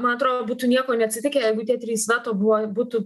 man atrodo būtų nieko neatsitikę jeigu tie trys veto buvo būtų